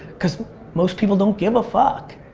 cause most people don't give a fuck.